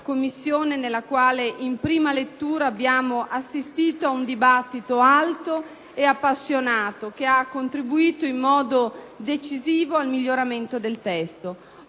PdL),* nella quale, in prima lettura, abbiamo assistito ad un dibattito alto e appassionato, che ha contribuito in modo decisivo al miglioramento del testo.